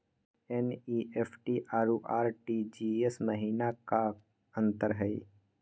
NEFT अरु RTGS महिना का अंतर हई?